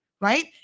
right